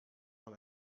mal